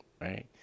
right